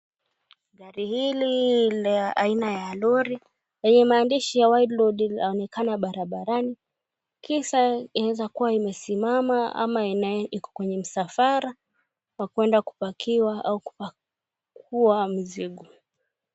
Gari hili la aina ya lori lenye maandishi ya wide load linaonekana barabarani kisa linaweza kua limesimama ama liko kwenye msafara wa kwenda kupakia au kupakua mzigo.